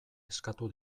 eskatu